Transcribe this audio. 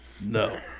No